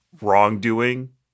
wrongdoing